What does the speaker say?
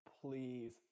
please